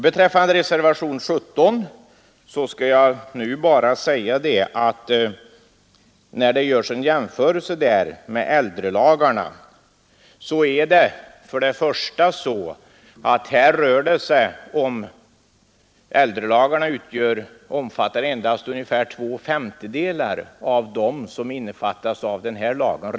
Beträffande reservationen 17 skall jag bara säga, när det nu görs en 37 jämförelse med äldrelagarna, att äldrelagarna omfattar endast två femtedelar av dem som innefattas av den här lagen.